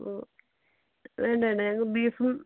ഓ വേണ്ട വേണ്ട ഞങ്ങക്ക് ബീഫും